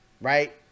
right